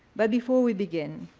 but before we begin,